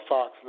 Fox